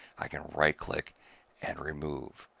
i can right click and remove.